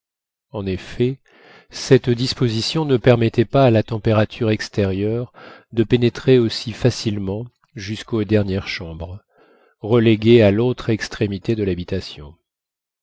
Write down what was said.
en effet cette disposition ne permettait pas à la température extérieure de pénétrer aussi facilement jusqu'aux dernières chambres reléguées à l'autre extrémité de l'habitation